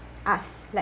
us like